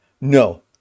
No